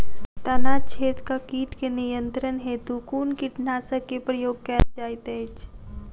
तना छेदक कीट केँ नियंत्रण हेतु कुन कीटनासक केँ प्रयोग कैल जाइत अछि?